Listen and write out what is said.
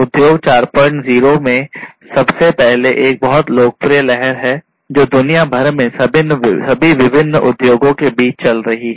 उद्योग 40 में सबसे पहले एक बहुत लोकप्रिय लहर है जो दुनिया भर में सभी विभिन्न उद्योगों के बीच चल रही है